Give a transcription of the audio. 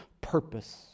purpose